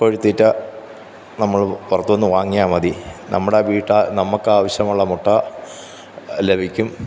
കോഴിത്തീറ്റ നമ്മള് പുറത്ത് നിന്ന് വാങ്ങിയാൽ മതി നമ്മുടെ വീട്ടാ നമുക്കാവശ്യമുള്ള മുട്ട ലഭിക്കും